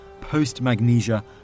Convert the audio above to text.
post-Magnesia